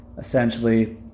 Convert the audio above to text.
essentially